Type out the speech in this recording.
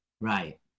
Right